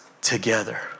together